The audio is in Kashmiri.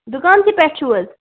دُکانسٕے پیٚٹھ چھِو حظ